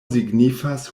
signifas